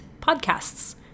podcasts